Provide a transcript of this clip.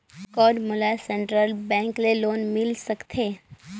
कौन मोला central bank ले लोन मिल सकथे?